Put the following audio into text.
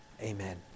Amen